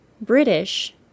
British